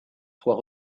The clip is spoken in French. soient